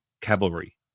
cavalry